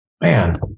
Man